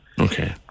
Okay